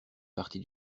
partie